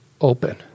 open